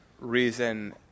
reason